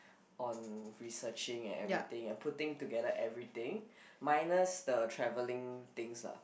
on researching and everything and putting together everything minus the travelling things lah